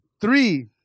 three